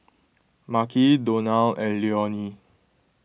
Marques Donal and Leonie